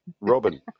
Robin